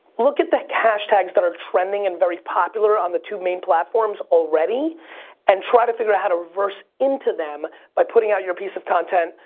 look at the hashtags that are trending and very popular on the two main platforms already and try to figure out how to reverse into them by putting out your piece of content,